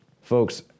Folks